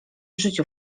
życiu